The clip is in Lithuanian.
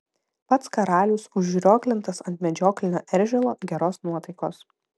pats karalius užrioglintas ant medžioklinio eržilo geros nuotaikos